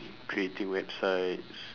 creating websites